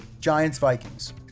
Giants-Vikings